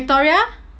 victoria